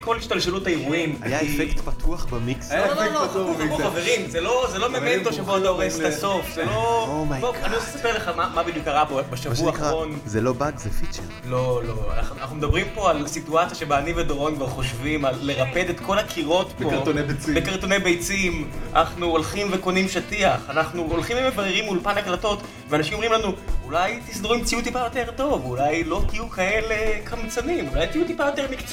כל השתלשלות האירועים היא... היה אפקט פתוח במיקסר? היה אפקט פתוח במיקסר. לא לא לא חברים, זה לא ממנטו שבו אתה הורס את הסוף. זה לא... אומייגאד. אני לא אספר לך מה בדיוק קרה פה. בשבוע האחרון... מה שנקרא, זה לא באג, זה פיצ'ר. לא, לא. אנחנו מדברים פה על סיטואציה שבה אני ודורון כבר חושבים על לרפד את כל הקירות פה. בקרטוני ביצים. בקרטוני ביצים. אנחנו הולכים וקונים שטיח. אנחנו הולכים ומבררים עם אולפן הקלטות ואנשים אומרים לנו, אולי תתסדרו עם ציוד טיפה יותר טוב. אולי לא תהיו כאלה קמצנים. אולי ציוד טיפה יותר מקצועיים